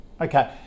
Okay